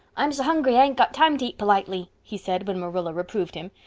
i'm so hungry i ain't got time to eat p'litely, he said when marilla reproved him.